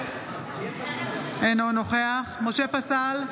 אינו נוכח משה פסל,